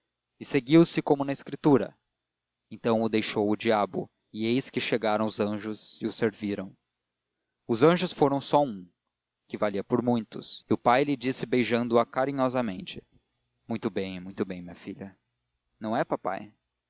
e seguiu-se como na escritura então o deixou o diabo e eis que chegaram os anjos e o serviram os anjos foram só um que valia por muitos e o pai lhe disse beijando-a carinhosamente muito bem muito bem minha filha não é papai